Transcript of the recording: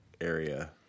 area